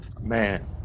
Man